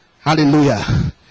Hallelujah